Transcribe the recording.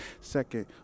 Second